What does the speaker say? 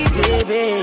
baby